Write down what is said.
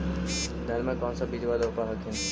धनमा कौन सा बिजबा रोप हखिन?